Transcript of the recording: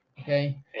Okay